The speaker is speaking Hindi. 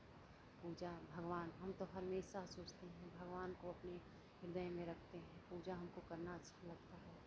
पूजा भगवान हम तो हमेशा सोचते हैं भगवान को अपने ह्रदय में रखते हैं पूजा हमको करना अच्छा लगता है